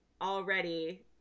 already